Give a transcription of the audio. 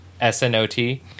s-n-o-t